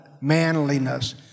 manliness